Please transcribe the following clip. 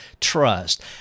trust